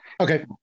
okay